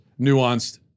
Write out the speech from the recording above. nuanced